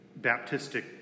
Baptistic